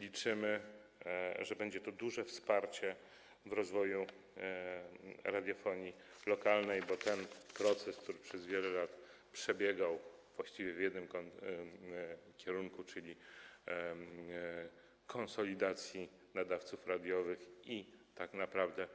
Liczymy, że będzie to duże wsparcie dla rozwoju radiofonii lokalnej, bo ten proces, który przez wiele lat przebiegał właściwie w jednym kierunku, czyli konsolidacji nadawców radiowych i tak naprawdę